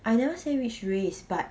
I never say which race but